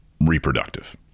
reproductive